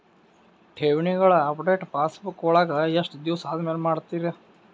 ಠೇವಣಿಗಳ update passbook ವಳಗ ಎಷ್ಟ ದಿವಸ ಆದಮೇಲೆ ಮಾಡ್ತಿರ್?